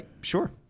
Sure